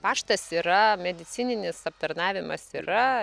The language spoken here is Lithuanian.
paštas yra medicininis aptarnavimas yra